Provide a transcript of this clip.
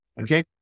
okay